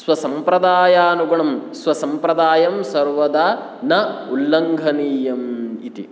स्वसम्प्रदायानुगुणं स्वसम्प्रदायं सर्वदा न उल्लङ्घनीयम् इति